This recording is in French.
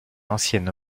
ancienne